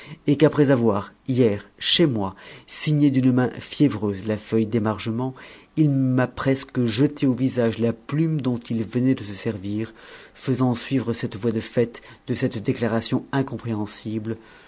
et qu'après avoir hier chez moi signé d'une main fiévreuse la feuille d'émargement il m'a presque jeté au visage la plume dont il venait de se servir faisant suivre cette voie de fait de cette déclaration incompréhensible